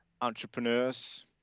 entrepreneurs